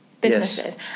businesses